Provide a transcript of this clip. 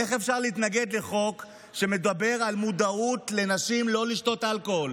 איך אפשר להתנגד לחוק שמדבר על מודעות של נשים לא לשתות אלכוהול?